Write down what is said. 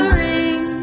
ring